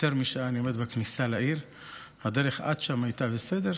אחרת אנחנו מוצאים את עצמנו בעצם מדברים עם עצמנו.